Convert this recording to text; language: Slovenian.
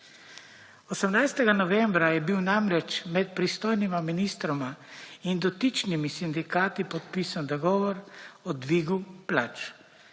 18. novembra je bil namreč med pristojnima ministroma in dotičnimi sindikati podpisan dogovor o dvigu plač.